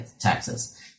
taxes